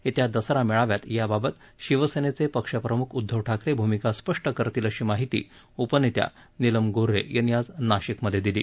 येत्या दसरा मेळाव्यात याबाबत शिवसेनेचे पक्ष प्रमुख उद्धव ठाकरे भूमिका स्पष्ट करतील अशी माहिती उपनेत्या नीलम गोर्डे यांनी आज नाशिक मध्ये दिली